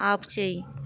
ఆపు చేయి